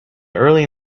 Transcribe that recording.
early